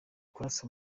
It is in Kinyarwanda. kurasa